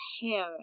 hair